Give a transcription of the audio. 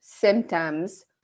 symptoms